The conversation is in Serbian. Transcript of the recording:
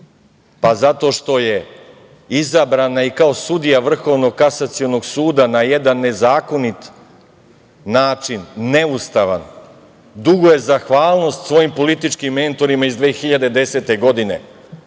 Pa, zato što je izabrana i kao sudija Vrhovnog kasacionog suda na jedan nezakonit način, neustavan. Duguje zahvalnost svojim političkim mentorima iz 2010. godine